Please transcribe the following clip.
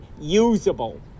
usable